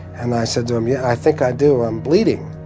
and i said to him, yeah, i think i do. i'm bleeding.